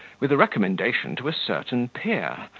with a recommendation to a certain peer,